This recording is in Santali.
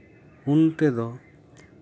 ᱩᱱ ᱛᱮᱫᱚ